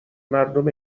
مردم